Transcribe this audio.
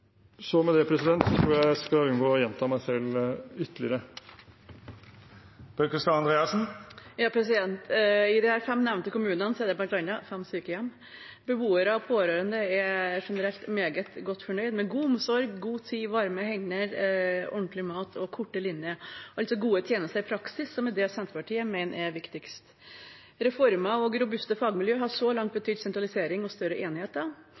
Med det tror jeg at jeg skal unngå å gjenta meg selv ytterligere. I disse fem nevnte kommunene er det bl.a. fem sykehjem. Beboere og pårørende er generelt meget godt fornøyd med god omsorg, god tid, varme hender, ordentlig mat og korte linjer – altså gode tjenester i praksis, som er det Senterpartiet mener er viktigst. Reformer og robuste fagmiljøer har så langt betydd sentralisering og større